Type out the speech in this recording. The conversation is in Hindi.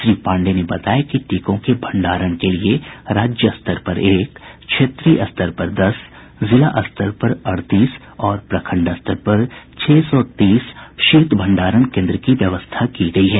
श्री पांडेय ने बताया कि टीकों के भंडरण के लिए राज्य स्तर पर एक क्षेत्रीय स्तर पर दस जिला स्तर पर अड़तीस और प्रखंड स्तर पर छह सौ तीस शीत भंडारण केन्द्र की व्यवस्था की गयी है